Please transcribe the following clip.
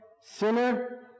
sinner